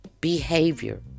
behavior